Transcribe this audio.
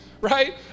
right